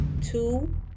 Two